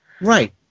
Right